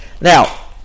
Now